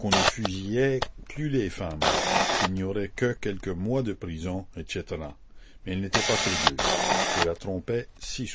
qu'on ne fusillait plus les femmes qu'il n'y aurait que quelques mois de prison etc mais elle n'était pas crédule je la trompais si